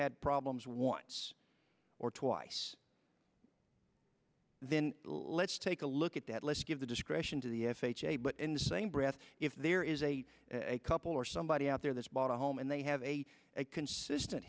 had problems once or twice then let's take a look at that let's give the discretion to the f h a but in the same breath if there is a couple or somebody out there that's bought a home and they have a consistent